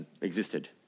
existed